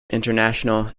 international